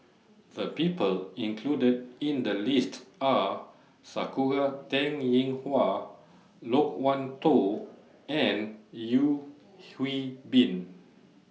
The People included in The list Are Sakura Teng Ying Hua Loke Wan Tho and Yeo Hwee Bin